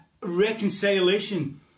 reconciliation